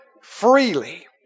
freely